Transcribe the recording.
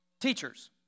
teachers